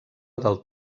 del